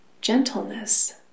gentleness